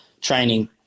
training